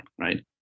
right